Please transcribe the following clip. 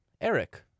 Eric